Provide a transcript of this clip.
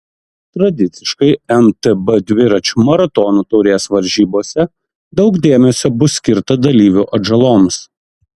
tradiciškai mtb dviračių maratonų taurės varžybose daug dėmesio bus skirta dalyvių atžaloms